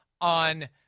on